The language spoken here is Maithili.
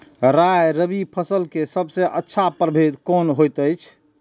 राय रबि फसल के सबसे अच्छा परभेद कोन होयत अछि?